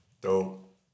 dope